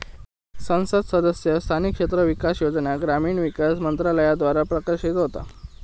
संसद सदस्य स्थानिक क्षेत्र विकास योजना ग्रामीण विकास मंत्रालयाद्वारा प्रशासित होता